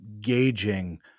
gauging